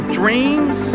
dreams